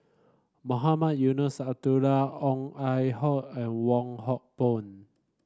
Mohamed Eunos Abdullah Ong Ah Hoi and Wong Hock Boon